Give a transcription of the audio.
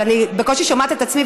אבל אני בקושי שומעת את עצמי,